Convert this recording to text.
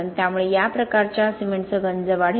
त्यामुळे या प्रकारच्या सिमेंटसह गंज वाढेल